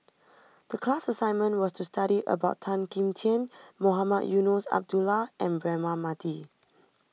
the class assignment was to study about Tan Kim Tian Mohamed Eunos Abdullah and Braema Mathi